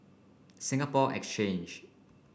Singapore Exchange